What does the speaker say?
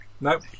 Nope